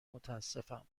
متاسفم